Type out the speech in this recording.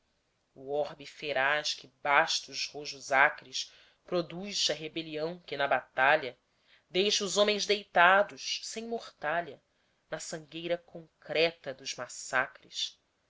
o orbe feraz que bastos jojos acres produza rebelião que na batalha deixa os homens deitados sem mortalha na sangueira concreta dos massacres